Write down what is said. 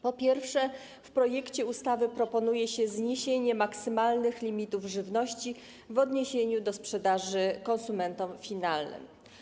Po pierwsze, w projekcie ustawy proponuje się zniesienie maksymalnych limitów żywności w odniesieniu do sprzedaży konsumentom finalnym.